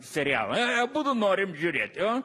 serialą aaa abudu norim žiūrėt